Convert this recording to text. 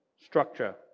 Structure